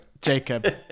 Jacob